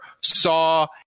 saw